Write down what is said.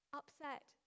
upset